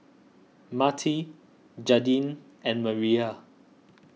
Matie Jaidyn and Mireya